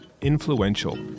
influential